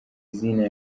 zina